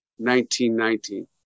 1919